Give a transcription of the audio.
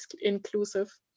inclusive